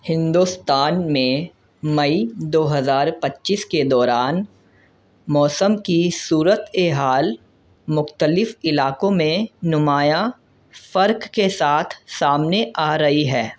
ہندوستان میں مئی دو ہزار پچیس کے دوران موسم کی صورت حال مختلف علاقوں میں نمایاں فرق کے ساتھ سامنے آ رہی ہے